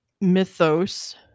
mythos